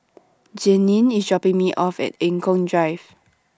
Jeannine IS dropping Me off At Eng Kong Drive